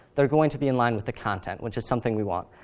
they're going to be in line with the content, which is something we want.